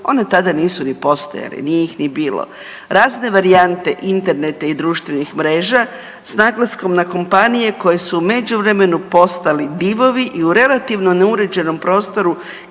one tada nisu ni postojale, nije ih ni bilo. Razne varijante interneta i društvenih mreža, s naglaskom na kompanije koje su u međuvremenu postali divovi i u relativno neuređenom prostoru